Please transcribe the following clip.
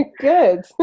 good